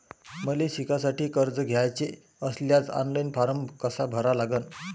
मले शिकासाठी कर्ज घ्याचे असल्यास ऑनलाईन फारम कसा भरा लागन?